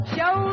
Show